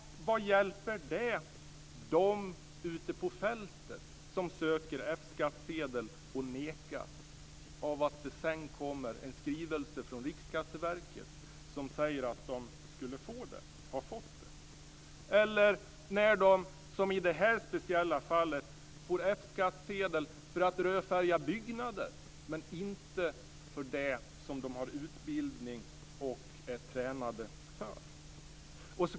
Vad hjälper det dem ute på fältet som söker F skattsedel och nekas att det sedan kommer en skrivelse från Riksskatteverket som säger att de skulle ha fått det. Vad hjälper det när de, som i det här speciella fallet, får F-skattsedel för att rödfärga byggnader, men inte för det som de har utbildning och är tränade för.